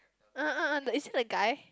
uh uh uh is it the guy